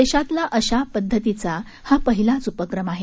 देशातला अशा पध्दतीचा हा पहिलाच उपक्रम आहे